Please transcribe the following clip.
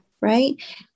right